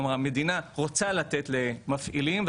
כלומר המדינה רוצה לתת למפעילים,